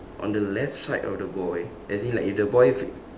on the left side of the boy as in like if the boy f~